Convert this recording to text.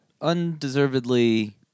undeservedly